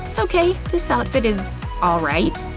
okay, this outfit is alright,